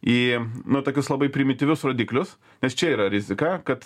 į nu tokius labai primityvius rodiklius nes čia yra rizika kad